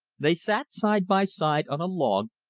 they sat side by side on a log,